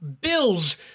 Bills